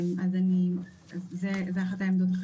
אז זאת אחת העמדות שלנו.